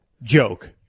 Joke